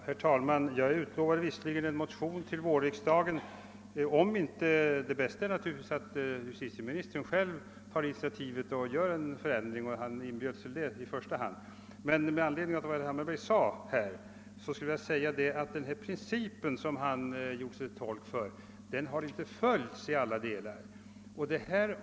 Herr talman! Jag utlovade visserligen en motion till vårriksdagen, men det bästa är naturligtvis att justitieministern själv tar initiativet till en förändring, och i första hand inbjöds han till detta. Den princip som herr Hammarberg gjorde sig till tolk för har inte följts i alla delar.